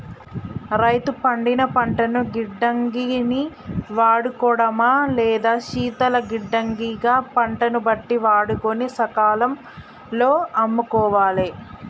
రైతు పండిన పంటను గిడ్డంగి ని వాడుకోడమా లేదా శీతల గిడ్డంగి గ పంటను బట్టి వాడుకొని సకాలం లో అమ్ముకోవాలె